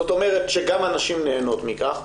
זאת אומרת שגם הנשים נהנות מכך,